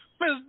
Miss